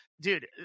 dude